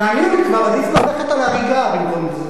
תאמינו לי, כבר עדיף ללכת על הריגה במקום זה.